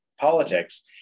politics